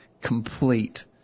complete